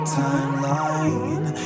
timeline